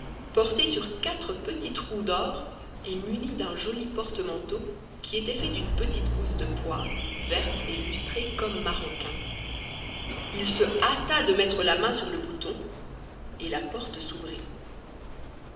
porté sur quatre petites roues d'or et muni d'un joli porte-manteau qui était fait d'une petite gousse de pois verte et lustrée comme maroquin h se hâta de mettre la main sur le bouton et la porte s'ouvrit